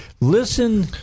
listen